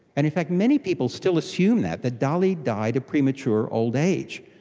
and in fact many people still assume that, that dolly died of premature old age.